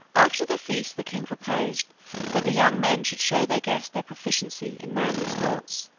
after the feast the king proposed that the young men should show their guest their proficiency in manly sports,